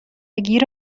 گیر